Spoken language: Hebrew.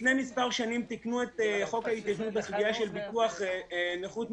לפני מספר שנים תיקנו את חוק ההתיישנות לגבי נכות מתאונה,